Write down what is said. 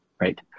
right